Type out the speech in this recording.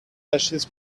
ashes